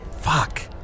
fuck